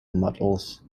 models